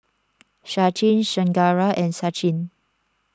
Sachin Chengara and Sachin